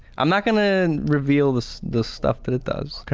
i'm not gonna and reveal the the stuff that it does,